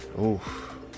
Oof